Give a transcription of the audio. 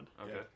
okay